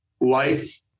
life